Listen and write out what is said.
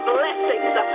blessings